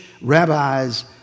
rabbis